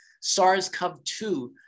SARS-CoV-2